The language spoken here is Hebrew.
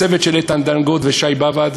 הצוות של איתן דנגוט ושי באב"ד,